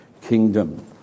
kingdom